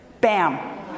bam